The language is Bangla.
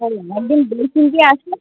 একদিন বলছেন যে আসবেন